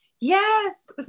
yes